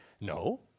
No